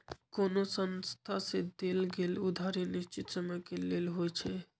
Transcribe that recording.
कोनो संस्था से देल गेल उधारी निश्चित समय के लेल होइ छइ